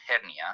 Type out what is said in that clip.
hernia